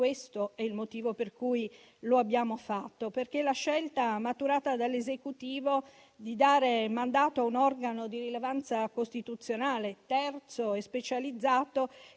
Questo è il motivo per cui lo abbiamo fatto: la scelta maturata dall'Esecutivo di dare mandato a un organo di rilevanza costituzionale, terzo e specializzato,